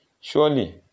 Surely